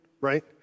right